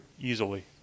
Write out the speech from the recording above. easily